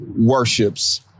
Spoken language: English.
worships